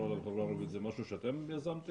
עליו בחברה הערבית זה משהו שאתם יזמתם?